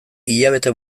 hilabete